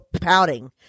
pouting